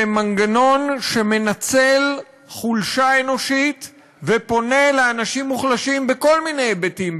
זה מנגנון שמנצל חולשה אנושית ופונה לאנשים מוחלשים בכל מיני היבטים,